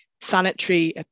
sanitary